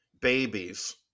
babies